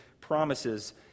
promises